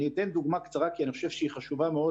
אני אתן דוגמא קצרה כי אני חושב שהיא חשובה מאוד